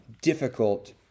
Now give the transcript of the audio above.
Difficult